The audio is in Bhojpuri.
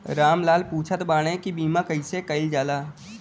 राम लाल पुछत बाड़े की बीमा कैसे कईल जाला?